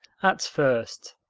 at first,